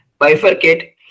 bifurcate